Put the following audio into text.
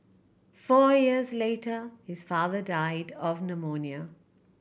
four years later his father died of pneumonia